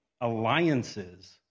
alliances